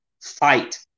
fight